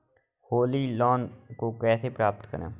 Holi loan को कैसे प्राप्त करें?